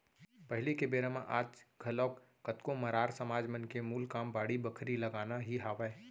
पहिली के बेरा म आज घलोक कतको मरार समाज मन के मूल काम बाड़ी बखरी लगाना ही हावय